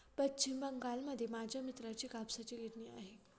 पश्चिम बंगालमध्ये माझ्या मित्राची कापसाची गिरणी आहे